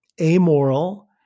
amoral